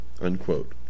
Unquote